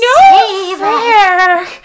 No